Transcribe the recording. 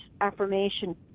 affirmation